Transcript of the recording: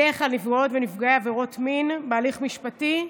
בדרך כלל נפגעות ונפגעי עבירות מין, בהליך משפטי,